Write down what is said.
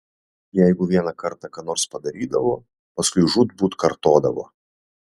jeigu vieną kartą ką nors padarydavo paskui žūtbūt kartodavo